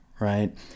Right